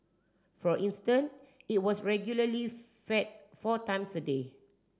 for instance it was regularly fed four times a day